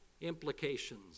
implications